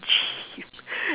gym